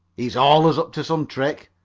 he's allers up to some trick.